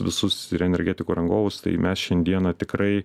visus ir energetikų rangovus tai mes šiandieną tikrai